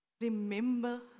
Remember